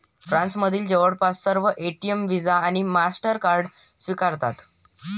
फ्रान्समधील जवळपास सर्व एटीएम व्हिसा आणि मास्टरकार्ड स्वीकारतात